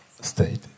state